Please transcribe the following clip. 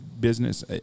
business